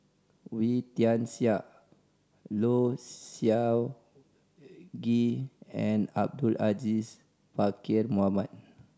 Wee Tian Siak Low Siew Nghee and Abdul Aziz Pakkeer Mohamed